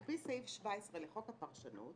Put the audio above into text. על-פי סעיף 17 לחוק הפרשנות,